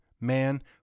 man